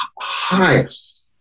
highest